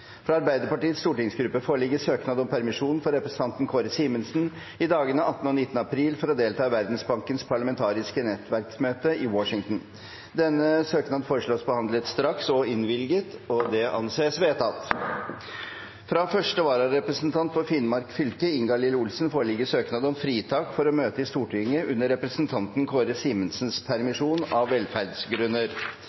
Fra Arbeiderpartiets stortingsgruppe foreligger søknad om permisjon for representanten Kåre Simensen i dagene 18. og 19. april for å delta i Verdensbankens parlamentariske nettverksmøte i Washington. Denne søknaden foreslås behandlet straks og innvilget. – Det anses vedtatt. Fra første vararepresentant for Finnmark fylke, Ingalill Olsen , foreligger søknad om fritak for å møte i Stortinget under representanten Kåre Simensens